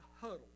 huddle